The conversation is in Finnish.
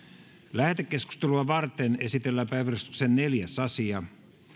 lähetekeskustelua varten esitellään päiväjärjestyksen neljäs asia